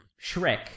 Shrek